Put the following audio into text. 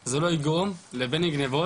זה לא יגרום לבין אם גניבות,